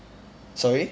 sorry